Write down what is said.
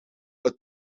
het